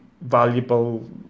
valuable